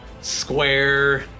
square